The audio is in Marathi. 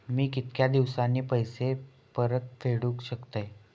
मी कीतक्या दिवसांनी पैसे परत फेडुक शकतय?